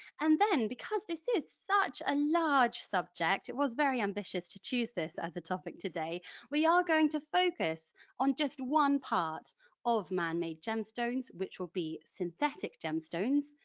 and then, because this is such a large subject, it was very ambitious to choose this as a topic, today we are going to focus on just one part of man-made stones which will be synthetic gemstones.